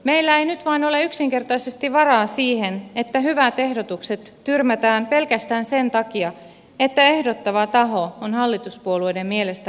meillä ei nyt vain ole yksinkertaisesti varaa siihen että hyvät ehdotukset tyrmätään pelkästään sen takia että ehdottava taho on hallituspuolueiden mielestä väärä